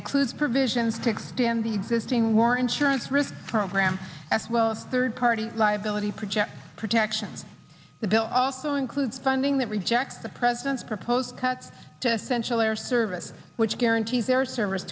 includes provisions to extend the existing war insurance risk program as well a third party liability project protection the bill to include funding that rejects the president's proposed cuts to central air services which guarantees their service